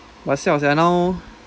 !wah! siao sia now